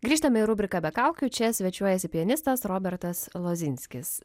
grįžtame į rubriką be kaukių čia svečiuojasi pianistas robertas lozinskis